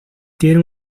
tiene